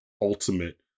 ultimate